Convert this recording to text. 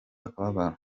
akababaro